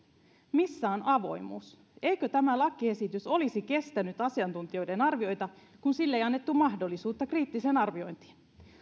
missä on avoimuus eikö tämä lakiesitys olisi kestänyt asiantuntijoiden arvioita kun ei annettu mahdollisuutta kriittiseen arviointiin